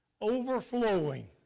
overflowing